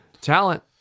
Talent